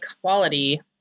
quality